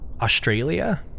Australia